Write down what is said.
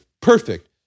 Perfect